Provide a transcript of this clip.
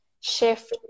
shift